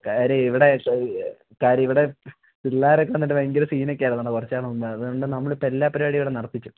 കാര്യം ഇവിടെ കാര്യം ഇവിടെ പിള്ളാരക്കെ വന്നിട്ട് ഭയങ്കര സീനൊക്കെ ആയി അതുകൊണ്ട് കുറച്ചുനാൾ മുന്നെ അതുകൊണ്ട് നമ്മളിപ്പം എല്ലാ പരിപാടിയും നിർത്തിച്ചു